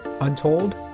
Untold